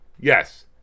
Yes